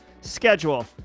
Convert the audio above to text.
schedule